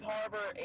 Harbor